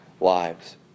lives